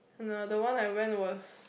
no the one I went was